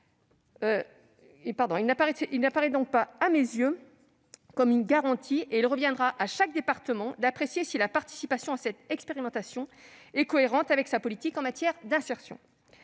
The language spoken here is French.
Il n'apparaît donc pas à mes yeux comme une garantie et il reviendra à chaque département d'apprécier si la participation à cette expérimentation est cohérente avec sa politique en matière d'insertion.